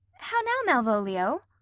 how now, malvolio!